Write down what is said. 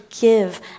give